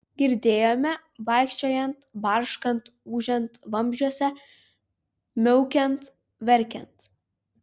girdėjome vaikščiojant barškant ūžiant vamzdžiuose miaukiant verkiant